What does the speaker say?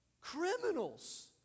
criminals